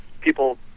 people